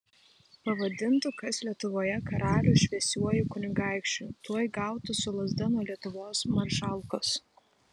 pavadintų kas lietuvoje karalių šviesiuoju kunigaikščiu tuoj gautų su lazda nuo lietuvos maršalkos